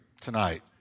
tonight